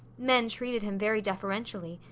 men treated him very deferentially,